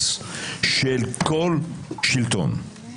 -- זה מאוד ברור וגם מאוד ברור למה הם עושים את זה -- תודה רבה.